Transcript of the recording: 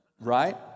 Right